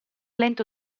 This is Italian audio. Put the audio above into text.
lento